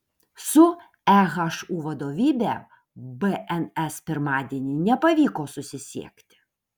su ehu vadovybe bns pirmadienį nepavyko susisiekti